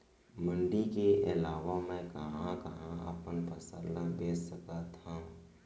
मण्डी के अलावा मैं कहाँ कहाँ अपन फसल ला बेच सकत हँव?